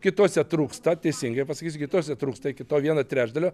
kitose trūksta teisingai pasakysiu kitose trūksta iki to vieno trečdalio